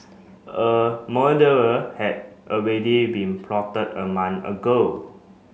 a murderer had already been plotted a month ago